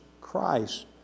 Christ